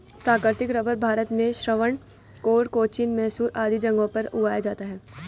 प्राकृतिक रबर भारत में त्रावणकोर, कोचीन, मैसूर आदि जगहों पर उगाया जाता है